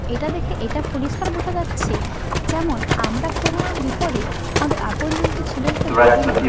এটা দেখে এটা পরিষ্কার বোঝা যাচ্ছে যেমন আমরা কোনো রকম বিপদে আমাদের আপনজনকে ছেড়ে যেতে পারি না